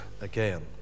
again